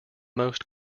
most